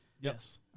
Yes